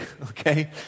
okay